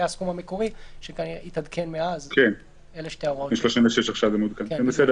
אנחנו מצביעים על תקנות בתי